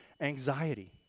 anxiety